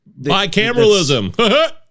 bicameralism